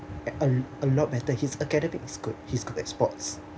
a a lot better his academic is good he's good at sports